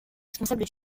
responsable